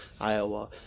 Iowa